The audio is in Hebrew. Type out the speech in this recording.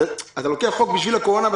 אתה לוקח חוק בשביל הקורונה.